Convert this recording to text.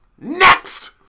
Next